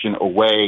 away